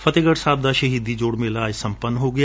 ਫਤਹਿਗੜ ਸਾਹਿਬ ਦਾ ਸ਼ਹੀਦੀ ਜੋੜ ਮੇਲਾ ਅੱਜ ਸਪੰਨ ਹੋ ਗਿਆ